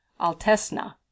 Altesna